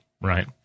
right